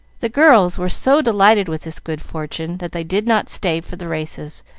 the girls were so delighted with this good fortune, that they did not stay for the races,